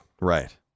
Right